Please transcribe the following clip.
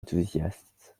enthousiaste